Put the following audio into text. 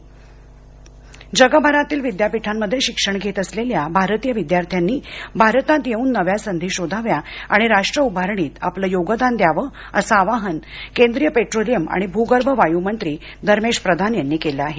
प्रधान जगभरातील विद्यापीठांमध्ये शिक्षण घेत असलेल्या भारतीय विद्यार्थ्यानी भारतात येवून नव्या संधी शोधाव्या आणि राष्ट्रउभारणीत आपलं योगदान द्यावं अस आवाहन केंद्रीय पेट्रोलियम आणि भुगर्भ वायु मंत्री धर्मेश प्रधान यांनी केल आहे